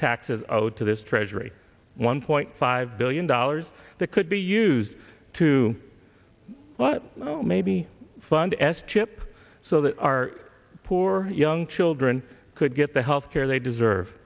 taxes owed to this treasury one point five billion dollars that could be used to maybe fund s chip so that our poor young children could get the health care they deserve